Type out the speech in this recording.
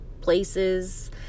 places